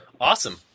Awesome